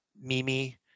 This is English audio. Mimi